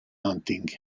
hunting